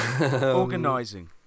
Organising